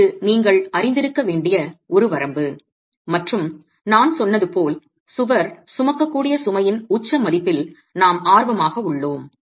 எனவே இது நீங்கள் அறிந்திருக்க வேண்டிய ஒரு வரம்பு மற்றும் நான் சொன்னது போல் சுவர் சுமக்கக்கூடிய சுமையின் உச்ச மதிப்பில் நாம் ஆர்வமாக உள்ளோம்